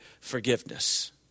forgiveness